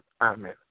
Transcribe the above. amen